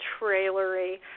trailery